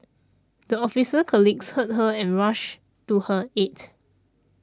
the officer colleagues heard her and rushed to her aid